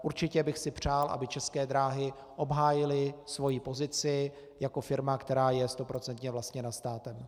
Určitě bych si přál, aby České dráhy obhájily svoji pozici jako firma, která je stoprocentně vlastněna státem.